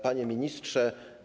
Panie Ministrze!